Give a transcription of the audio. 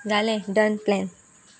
जालें done plan